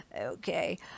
Okay